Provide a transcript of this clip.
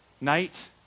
night